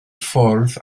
ffordd